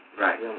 Right